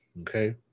okay